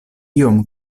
iom